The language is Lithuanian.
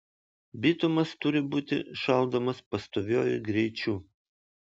bitumas turi būti šaldomas pastoviuoju greičiu